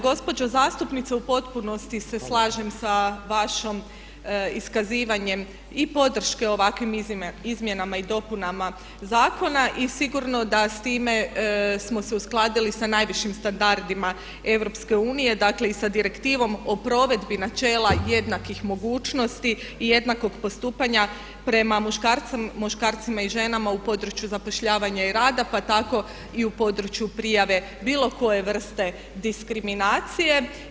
Gospođo zastupnice u potpunosti se slažem sa vašim iskazivanjem i podrške ovakvim izmjenama i dopunama zakona i sigurno da s time smo se uskladili sa najvišim standardima EU, dakle i sa Direktivom o provedbi načela jednakih mogućnosti i jednakog postupanja prema muškarcima i ženama u području zapošljavanja i rada pa tako i u području prijave bilo koje vrste diskriminacije.